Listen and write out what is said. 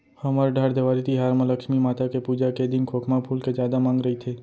हमर डहर देवारी तिहार म लक्छमी माता के पूजा के दिन खोखमा फूल के जादा मांग रइथे